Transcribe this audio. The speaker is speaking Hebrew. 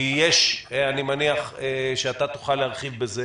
כי יש כידוע קשר אני מניח שאתה תוכל להרחיב בזה